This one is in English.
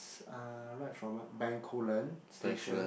uh ride from a Bencoolen station